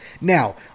Now